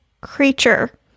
creature